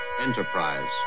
Enterprise